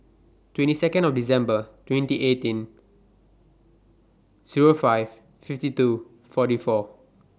twenty Second of December twenty eighteen Zero five fifty two forty four